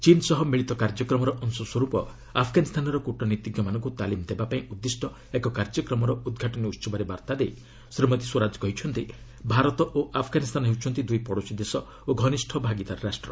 ଚୀନ୍ ସହ ମିଳିତ କାର୍ଯ୍ୟକ୍ରମର ଅଂଶସ୍ୱରୂପ ଆଫଗାନିସ୍ତାନର କ୍ରଟନୀତିଜ୍ଞମାନଙ୍କୁ ତାଲିମ୍ ଦେବାପାଇଁ ଉଦ୍ଦିଷ୍ଟ ଏକ କାର୍ଯ୍ୟକ୍ରମର ଉଦ୍ଘାଟନୀ ଉହବରେ ବାର୍ତ୍ତା ଦେଇ ଶ୍ରୀମତୀ ସ୍ୱରାଜ କହିଛନ୍ତି ଭାରତ ଓ ଆଫଗାନିସ୍ତାନ ହେଉଛନ୍ତି ଦୁଇ ପଡ଼ୋଶୀ ଦେଶ ଓ ଘନିଷ୍ଠ ଭାଗିଦାର ରାଷ୍ଟ୍ର